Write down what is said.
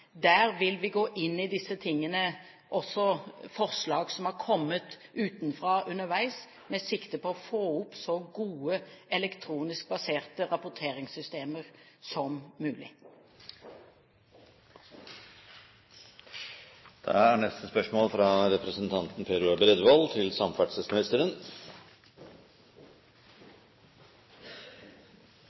Der vil vi gå inn i disse tingene, også forslag som er kommet utenfra underveis, med sikte på å få opp så gode elektronisk baserte rapporteringssystemer som mulig. Jeg ønsker å stille følgende spørsmål